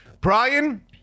Brian